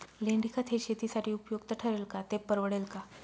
लेंडीखत हे शेतीसाठी उपयुक्त ठरेल का, ते परवडेल का?